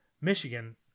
Michigan